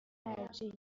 ترجیح